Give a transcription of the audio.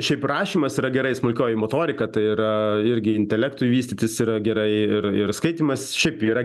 šiaip rašymas yra gerai smulkioji motorika tai yra irgi intelektui vystytis yra gerai ir ir skaitymas šiaip yra